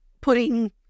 putting